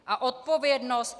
A odpovědnost?